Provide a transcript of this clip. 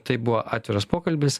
tai buvo atviras pokalbis